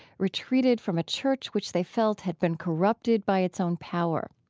retreated from a church which they felt had been corrupted by its own power.